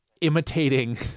Imitating